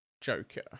Joker